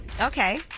Okay